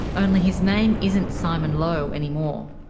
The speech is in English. only his name isn't simon lowe anymore.